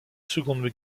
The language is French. seconde